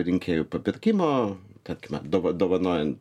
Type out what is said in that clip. rinkėjų papirkimo tarkime dova dovanojant